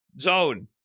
zone